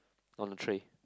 on the tray